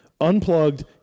Unplugged